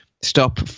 stop